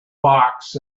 box